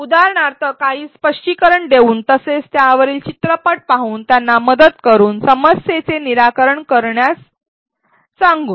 उदाहरणार्थ काही स्पष्टीकरण देऊन तसेच त्यावरील चित्रपट पाहून त्यांना मदत करून समस्येचे निराकरण करण्यास सांगून